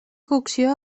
cocció